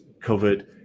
covered